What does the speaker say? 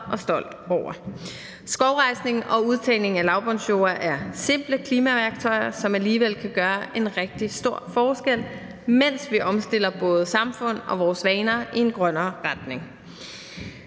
og stolt over. Skovrejsning og udtagning af lavbundsjorder er simple klimaværktøjer, som alligevel kan gøre en rigtig stor forskel, mens vi omstiller både samfundet og vores vaner i en grønnere retning.